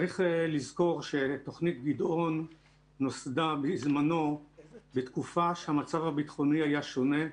צריך לזכור שתוכנית גדעון נוסדה בזמנו בתקופה שהמצב הביטחוני היה שונה,